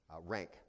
rank